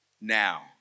now